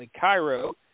Cairo